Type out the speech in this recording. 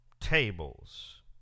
tables